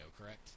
correct